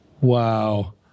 Wow